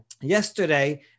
Yesterday